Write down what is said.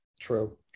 true